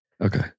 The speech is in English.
Okay